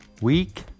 Week